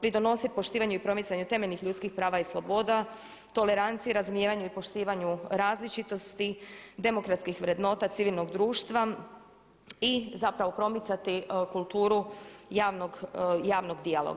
pridonositi poštivanju i promicanju temeljnih ljudskih prava i sloboda, toleranciji, razumijevanju i poštivanju različitosti, demokratskih vrednota civilnog društva i zapravo promicati kulturu javnog dijaloga.